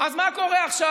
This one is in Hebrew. אז מה קורה עכשיו?